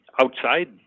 outside